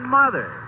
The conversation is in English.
mother